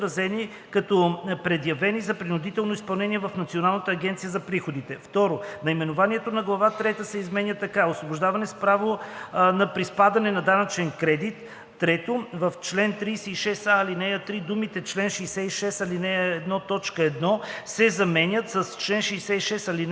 като предявени за принудително изпълнение в Националната агенция за приходите;“. 2. Наименованието на глава трета се изменя така: „Освобождаване с право на приспадане на данъчен кредит“. 3. В чл. 36а, ал. 3 думите „чл. 66, ал. 1, т. 1“ се заменят с „чл. 66, ал. 1“.